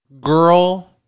girl